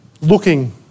looking